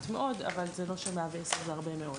אבל זה לא ש-110 זה הרבה מאוד.